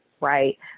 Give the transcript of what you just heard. right